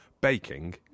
baking